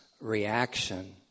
reaction